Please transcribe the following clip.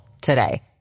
today